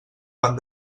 van